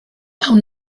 awn